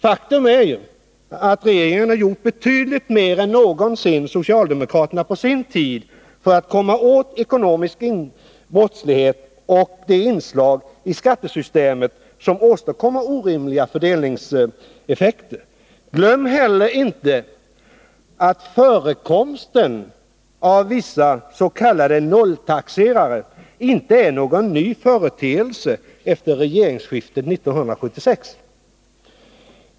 Faktum är att regeringen gjort betydligt mer än någonsin socialdemokraterna på sin tid för att komma åt ekonomisk brottslighet och de inslag i skattesystemet som åstadkommer orimliga fördelningseffekter. Glöm heller inte att förekomsten av vissa s.k. nolltaxerare inte är någon ny företeelse efter regeringsskiftet 1976!